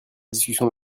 discussion